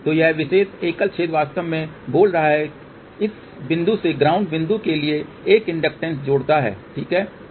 तो यह विशेष एकल छेद वास्तव में बोल रहा है इस बिंदु से ग्राउंड बिंदु के लिए एक इंडकटैसं जोड़ता है ठीक है